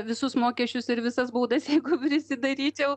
visus mokesčius ir visas baudas jeigu prisidairyčiau